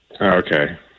Okay